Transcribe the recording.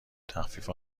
تخفیف